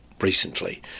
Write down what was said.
recently